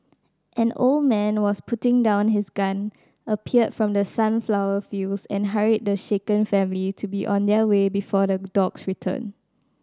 an old man was putting down his gun appeared from the sunflower fields and hurried the shaken family to be on their way before the dogs return